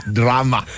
drama